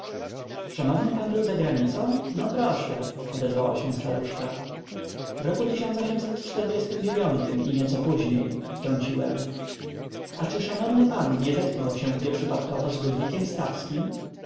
szanowny pan był za granicą no proszę odezwała się staruszka w r i nieco później wtrąciłem a czy szanowny pan nie zetknął się gdzie przypadkowo z ludwikiem stawskim